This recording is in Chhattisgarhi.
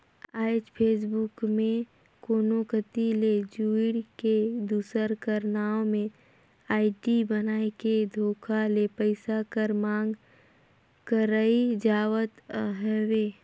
आएज फेसबुक में कोनो कती ले जुइड़ के, दूसर कर नांव में आईडी बनाए के धोखा ले पइसा कर मांग करई जावत हवे